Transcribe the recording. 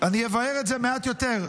אני אבאר את זה מעט יותר.